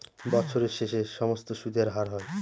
বছরের শেষে সমস্ত সুদের হার হয়